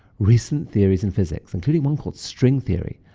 recent theories in physics including one called string theory,